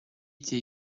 été